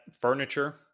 furniture